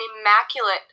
immaculate